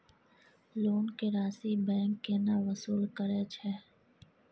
Loan के राशि bank केना वसूल करे छै?